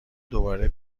دوباره